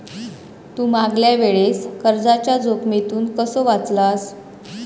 तू मागल्या वेळेस कर्जाच्या जोखमीतून कसो वाचलस